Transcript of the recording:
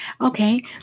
okay